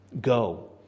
go